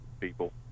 people